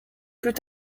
plus